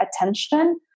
attention